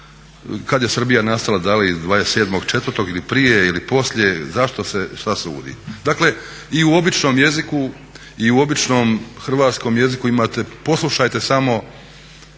kad je Srbija nastala da li 27.04. ili prije ili poslije, zašto se što sudi? Dakle, i u običnom hrvatskom jeziku imate, poslušajte samo